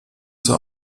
zur